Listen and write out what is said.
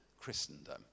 Christendom